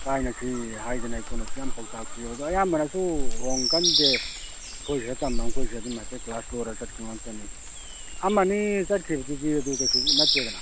ꯀꯥꯏꯅꯁꯤ ꯍꯥꯏꯗꯅ ꯑꯩꯈꯣꯏꯅꯁꯨ ꯌꯥꯝ ꯄꯥꯎꯇꯥꯛ ꯄꯤꯑꯕ ꯑꯗꯨ ꯑꯌꯥꯝꯕꯅꯁꯨ ꯍꯣꯡꯒꯟꯗꯦ ꯑꯩꯈꯣꯏ ꯁꯤꯗ ꯇꯝꯕ ꯃꯈꯩꯁꯦ ꯑꯗꯨꯝ ꯍꯥꯏꯐꯦꯠ ꯀ꯭ꯂꯥꯁ ꯂꯣꯏꯔ ꯆꯠꯈꯤꯕ ꯉꯥꯛꯇꯅꯤ